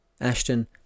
Ashton